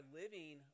living